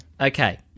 Okay